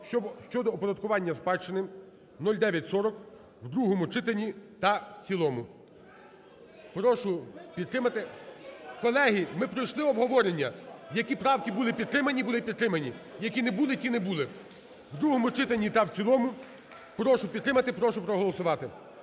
(щодо оподаткування спадщини) (0940) в другому читанні та в цілому. Прошу підтримати. (Шум у залі) Колеги, ми пройшли обговорення. Які правки були підтримані, були підтримані, які не були – ті не були. В другому читанні та в цілому прошу підтримати. Прошу проголосувати.